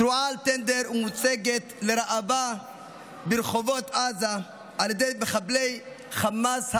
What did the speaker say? שרועה על טנדר ומוצגת לראווה ברחובות עזה על ידי מחבלי חמאס הארורים,